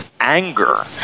anger